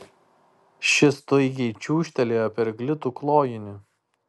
ši staigiai čiūžtelėjo per glitų klojinį